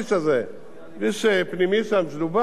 כביש פנימי שדובר בו,